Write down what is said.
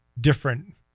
different